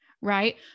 Right